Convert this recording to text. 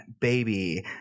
baby